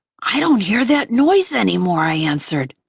i don't hear that noise anymore, i answered.